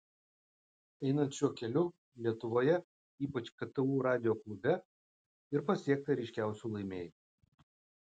einant šiuo keliu lietuvoje ypač ktu radijo klube ir pasiekta ryškiausių laimėjimų